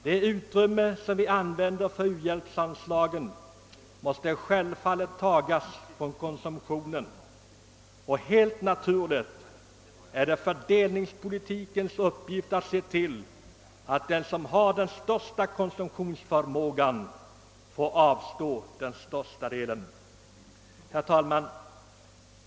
Det utrymme som vi använder för u-hjälpsanslagen måste självfallet tas från konsumtionen, och helt naturligt är det fördelningspolitikens uppgift att se till att den som har den största konsumtionsförmågan får avstå den största delen. Herr talman!